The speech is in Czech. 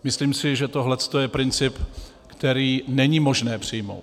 Myslím si, že tohle je princip, který není možné přijmout.